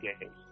games